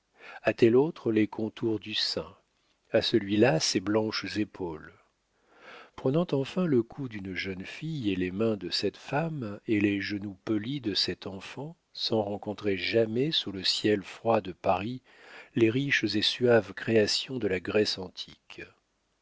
tel autre les contours du sein à celui-là ses blanches épaules prenant enfin le cou d'une jeune fille et les mains de cette femme et les genoux polis de cet enfant sans rencontrer jamais sous le ciel froid de paris les riches et suaves créations de la grèce antique